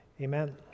amen